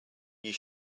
you